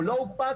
או לא הוקפץ,